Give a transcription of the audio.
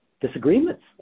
disagreements